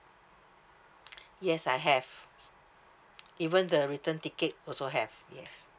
yes I have even the return ticket also have yes